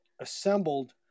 assembled